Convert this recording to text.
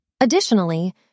Additionally